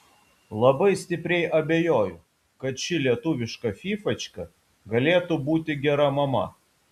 labai stipriai abejoju kad ši lietuviška fyfačka galėtų būti gera mama